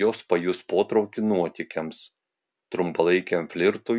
jos pajus potraukį nuotykiams trumpalaikiam flirtui